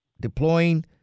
Deploying